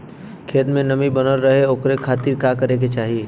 खेत में नमी बनल रहे ओकरे खाती का करे के चाही?